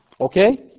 Okay